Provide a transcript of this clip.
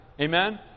amen